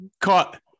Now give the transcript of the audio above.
caught